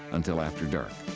until after dark.